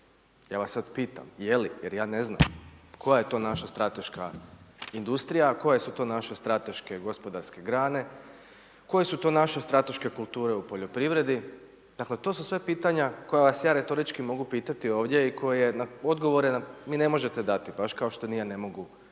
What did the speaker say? Ja vas sad pitam, je li? Jer ja ne znam. Koja je to naša strateška industrija, koje su to naše strateške gospodarske grane, koje su to naše strateške kulture u poljoprivredi? Dakle to su sve pitanja koja vas ja retorički mogu pitati ovdje i koje odgovore mi vi ne možete dati baš kao što ni ja ne mogu